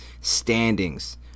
standings